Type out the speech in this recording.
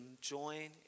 join